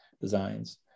designs